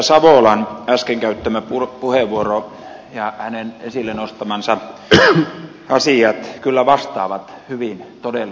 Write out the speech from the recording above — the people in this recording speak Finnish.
edustaja savolan äsken käyttämä puheenvuoro ja hänen esille nostamansa asiat kyllä vastaavat hyvin todellisuutta